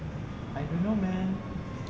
I don't know meh